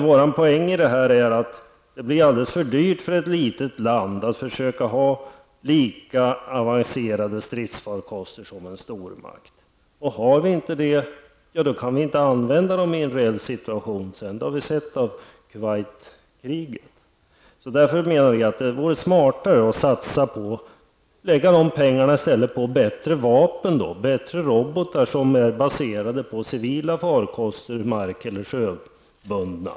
Vår poäng är att det blir alldeles för dyrt för ett litet land att försöka ha lika avancerade stridsfarkoster som en stormakt. Och har vi inte det, så kan vi sedan inte använda farkosterna i en reell situation; det har vi sett av Kuwaitkriget. Därför menar vi att det vore smartare att i stället lägga pengarna på bättre vapen, bättre robotar som är baserade på civila farkoster, mark eller sjöbundna.